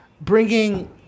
bringing